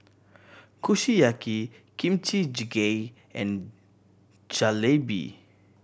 Kushiyaki Kimchi Jjigae and Jalebi